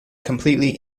completely